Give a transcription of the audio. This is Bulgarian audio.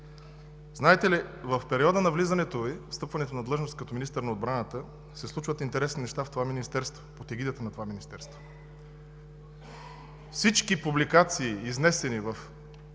Знаете ли, че в периода на встъпването Ви на длъжност като министър на отбраната се случват интересни неща в това министерство, под егидата на това министерство? Във всички публикации, изнесени в